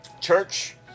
Church